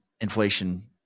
inflation